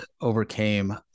overcame